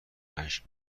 اشک